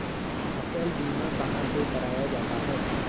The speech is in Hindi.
फसल बीमा कहाँ से कराया जाता है?